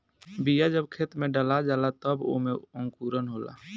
बिया जब खेत में डला जाला तब ओमे अंकुरन होला